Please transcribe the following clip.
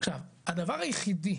הדבר היחידי